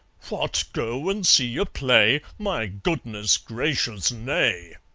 what! go and see a play? my goodness gracious, nay!